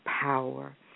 power